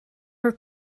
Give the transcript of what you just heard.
her